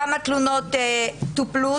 כמה תלונות טופלו?